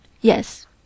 yes